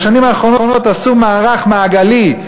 בשנים האחרונות עשו מערך מעגלי,